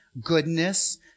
goodness